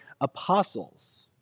apostles